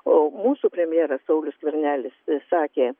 o mūsų premjeras saulius skvernelis sakė